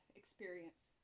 experience